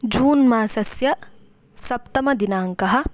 जून् मासस्य सप्तमदिनाङ्कः